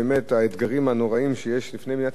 האתגרים הנוראיים שיש לפני מדינת ישראל,